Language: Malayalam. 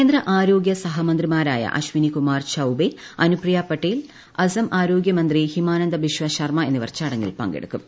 കേന്ദ്ര ആരോഗ്യ സഹമന്ത്രിമാരായ അശ്വനികുമാർ ചൌബേ അനുപ്രിയാ പട്ടേൽ അസം ആരോഗൃമന്ത്രി ഹിമാനന്ദ ബിശ്വ ശർമ്മ എന്നിവർ ചടങ്ങിൽ പങ്കെടുക്കും